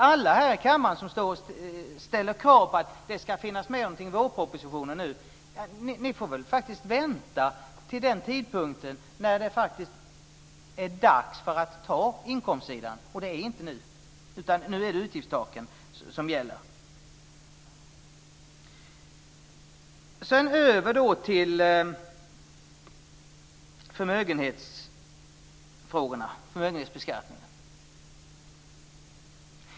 Alla här i kammaren som ställer krav på att det ska finnas med någonting i vårpropositionen får faktiskt vänta till den tidpunkt då det är dags att ta upp inkomstsidan, och det är inte nu, utan nu är det utgiftstaken som gäller. Sedan över till förmögenhetsbeskattningen.